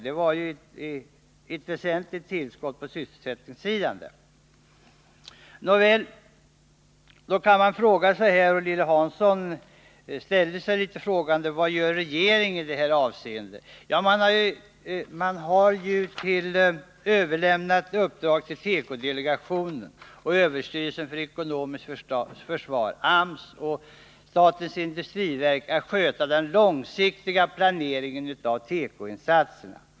Det var ju ett väsentligt tillskott på sysselsättningssidan. Nåväl, då kan man fråga sig — och även Lilly Hansson ställde sig litet undrande: Vad gör regeringen i detta avseende? Regeringen har överlämnat ett uppdrag åt tekodelegationen, överstyrelsen för ekonomiskt försvar, AMS och statens industriverk att sköta den långsiktiga planeringen av tekoinsatserna.